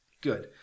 good